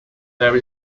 there